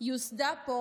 יוסדה פה